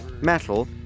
metal